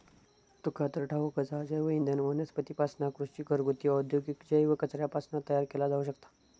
तुका तर ठाऊकच हा, जैवइंधन वनस्पतींपासना, कृषी, घरगुती, औद्योगिक जैव कचऱ्यापासना तयार केला जाऊ शकता